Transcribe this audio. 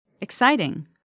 Exciting